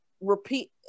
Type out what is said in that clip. repeat